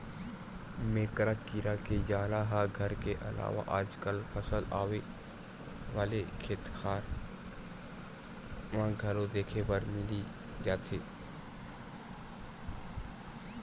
मेकरा कीरा के जाला ह घर के अलावा आजकल फसल वाले खेतखार म घलो देखे बर मिली जथे